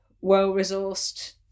well-resourced